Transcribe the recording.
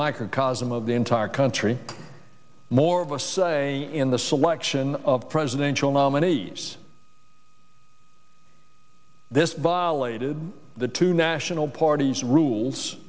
microcosm of the entire country more of a say in the selection of presidential nominees this bol aided the two national party's rules